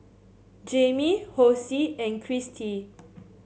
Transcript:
Jamey Hosea and Christy